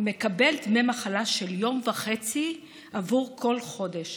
מקבל דמי מחלה של יום וחצי עבור כל חודש,